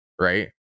right